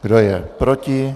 Kdo je proti?